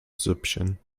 süppchen